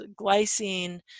Glycine